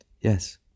Yes